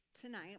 tonight